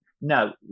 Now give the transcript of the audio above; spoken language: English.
No